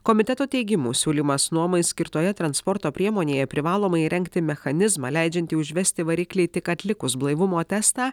komiteto teigimu siūlymas nuomai skirtoje transporto priemonėje privalomai įrengti mechanizmą leidžiantį užvesti variklį tik atlikus blaivumo testą